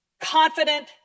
confident